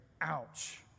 ouch